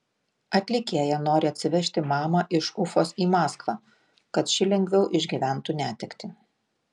atlikėja nori atsivežti mamą iš ufos į maskvą kad ši lengviau išgyventų netektį